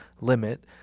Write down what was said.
limit